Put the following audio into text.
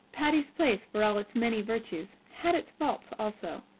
patty's place for all its many virtues, had its faults also.